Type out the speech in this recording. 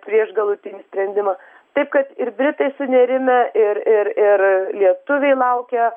prieš galutinį sprendimą taip kad ir britai sunerimę ir ir ir lietuviai laukia